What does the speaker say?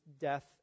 death